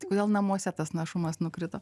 tai kodėl namuose tas našumas nukrito